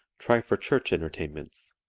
try for church entertainments.